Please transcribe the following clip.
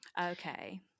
Okay